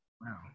Wow